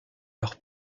leur